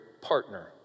partner